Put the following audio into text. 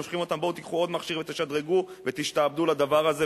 מושכים אותם: בואו תיקחו עוד מכשיר ותשדרגו ותשתעבדו לדבר הזה,